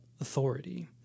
authority